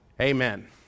Amen